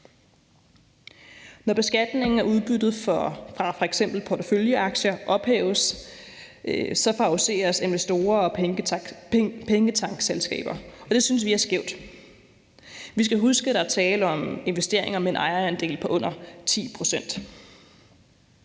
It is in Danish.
Når beskatningen af udbyttet fra f.eks. porteføljeaktier ophæves, favoriseres investorer og pengetankselskaber, og det synes vi er skævt. Vi skal huske, at der er tale om investeringer med en ejerandel på under 10